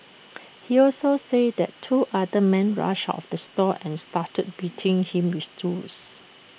he also said that two other men rushed out of the store and started beating him with stools